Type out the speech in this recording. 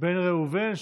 בן ראובן,